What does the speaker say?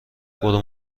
برو